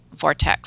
vortex